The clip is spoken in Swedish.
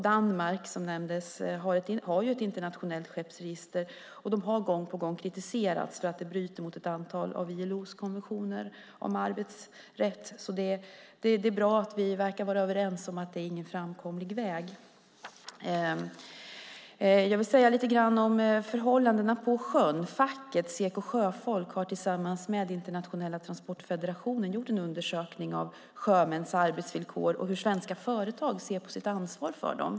Danmark, som nämndes, har ett internationellt skeppsregister och har gång på gång kritiserats för att det bryter mot ett antal av ILO:s konventioner om arbetsrätt. Det är bra att vi verkar vara överens om att det inte är en framkomlig väg. Jag vill säga något om förhållandena på sjön. Facket Seko sjöfolk har tillsammans med Internationella Transportfederationen gjort en undersökning av sjömäns arbetsvillkor och hur svenska företag ser på sitt ansvar för dem.